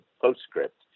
Postscript